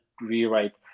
rewrite